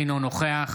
אינו נוכח